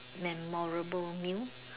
memorable meal